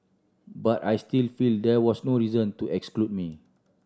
but I still feel there was no reason to exclude me